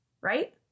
right